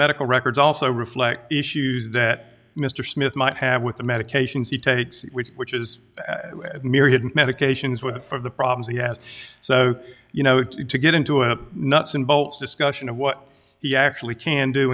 medical records also reflect issues that mr smith might have with the medications he takes which is myriad medications with it for the problems he has so you know to get into a nuts and bolts discussion of what he actually can do